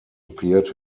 appeared